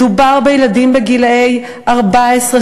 מדובר בילדים גילאי 14,